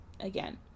again